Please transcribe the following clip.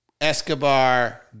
Escobar